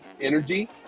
energy